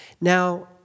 Now